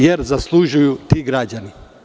Jer, to zaslužuju ti građani.